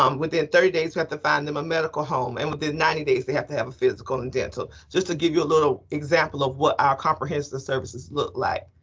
um within thirty days, we have to find them a medical home. and within ninety days, they have to have a physical and dental. just to give you a little example of what our comprehensive services look like.